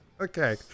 Okay